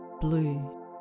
blue